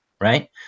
right